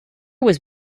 was